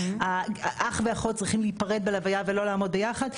אח ואחות צריכים להיפרד בלוויה ולא לעמוד ביחד,